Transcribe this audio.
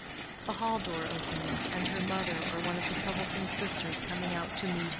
the hall-door opening, and her mother or one of the troublesome sisters coming out to meet her.